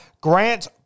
Grant